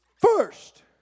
first